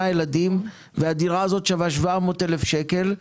ילדים והדירה הזאת שווה 700,000 שקל,